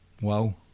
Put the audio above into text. Wow